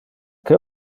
que